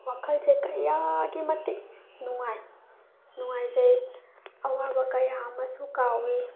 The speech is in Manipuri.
ꯋꯥꯈꯜꯁꯦ ꯀꯌꯥꯒꯤ ꯃꯇꯤꯛ ꯅꯨꯡꯉꯥꯏ ꯅꯨꯡꯉꯥꯏꯖꯩ ꯑꯋꯥꯕ ꯀꯌꯥ ꯑꯃꯁꯨ ꯀꯥꯎꯏ